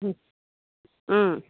ಹ್ಞೂ ಹ್ಞೂ